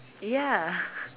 ya